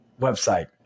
website